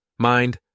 mind